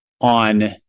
on